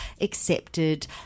accepted